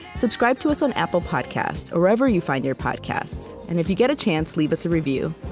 subscribe to us on apple podcasts, or wherever you find your podcasts, and if you get a chance, leave us a review.